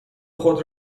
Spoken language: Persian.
خود